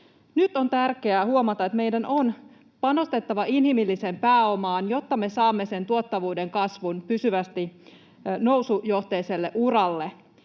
Nyt on tärkeää huomata, että meidän on panostettava inhimilliseen pääomaan, jotta me saamme sen tuottavuuden kasvun pysyvästi nousujohteiselle uralle.